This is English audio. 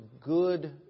good